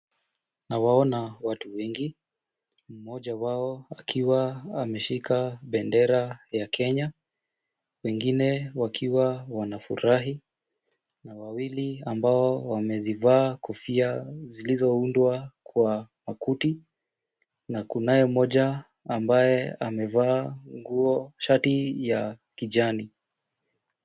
Nawaona watu wengi, mmoja wao akiwa ameshika bendera ya Kenya wengine wakiwa wanafurahi na wawili ambao wamezivaa kofia zilizoundwa kwa makuti na kunayo mmoja ambaye amevaa shati ya kijani.